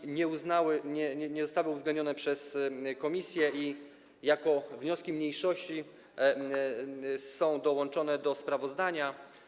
Poprawki nie zostały uwzględnione przez komisję i jako wnioski mniejszości są dołączone do sprawozdania.